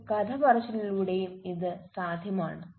ഒരു കഥ പറച്ചിലിലൂടെയും ഇത് സാധ്യമാണ്